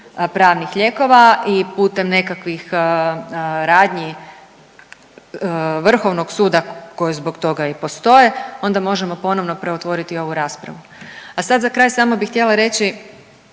pravnih lijekova i putem nekakvih radnji vrhovnog suda koji zbog toga i postoje, onda možemo ponovno preotvoriti ovu raspravu. A sad za kraj samo bi htjela reći